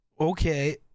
Okay